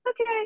okay